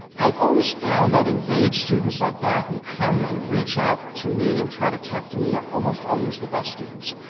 i've always found that engaged students like that, who come and reach out to me and try to talk to me, are almost always the best students.